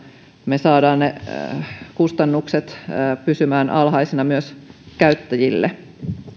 me saamme ne kustannukset pysymään alhaisina myös käyttäjille